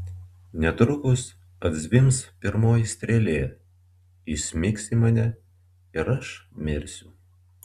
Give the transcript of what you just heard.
netrukus atzvimbs pirmoji strėlė įsmigs į mane ir aš mirsiu